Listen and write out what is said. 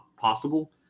possible